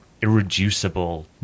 irreducible